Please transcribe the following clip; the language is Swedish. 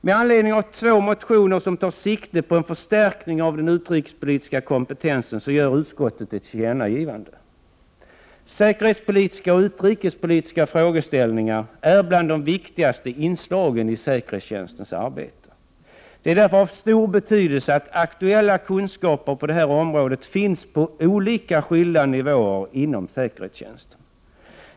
Med anledning av två motioner i vilka man tar sikte på en förstärkning av den utrikespolitiska kompetensen gör utskottet ett tillkännagivande. Säkerhetspolitiska och utrikespolitiska frågeställningar är bland de viktigaste inslagen i säkerhetstjänstens arbete. Det är därför av stor betydelse att aktuella kunskaper på detta område finns på skilda nivåer inom säkerhetstjänsten.